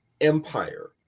empire